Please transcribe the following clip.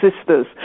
sisters